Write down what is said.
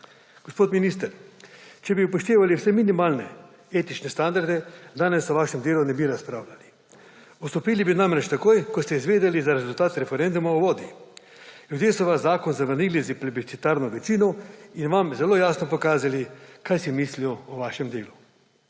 Gospod minister, če bi upoštevali vse minimalne etične standarde, danes o vašem delu ne bi razpravljali. Odstopili bi namreč takoj, ko ste izvedeli za rezultat referenduma o vodi. Ljudje so vaš zakon zavrnili s plebiscitarno večino in vam zelo jasno pokazali, kaj si mislijo o vašem delu.